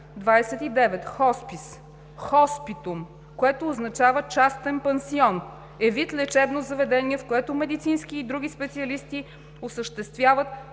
29. „Хоспис“ (hospitum – което означава частен пансион) е вид лечебно заведение, в което медицински и други специалисти осъществяват